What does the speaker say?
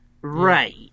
right